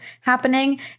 happening